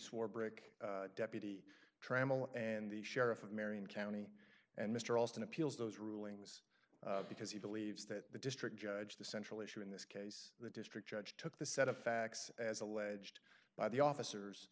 swarbrick deputy trammell and the sheriff of marion county and mr alston appeals those rulings because he believes that the district judge the central issue in this case the district judge took the set of facts as alleged by the officers